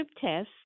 test